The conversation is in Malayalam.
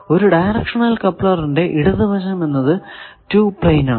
ഒരു ഡയറക്ഷണൽ കപ്ലറിന്റെ ഇടതു വശം എന്നത് 2 പ്ലെയിൻ ആണ്